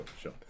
sure